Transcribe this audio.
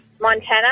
Montana